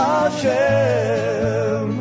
Hashem